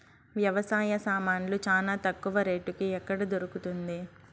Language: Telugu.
వ్యవసాయ సామాన్లు చానా తక్కువ రేటుకి ఎక్కడ దొరుకుతుంది?